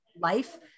life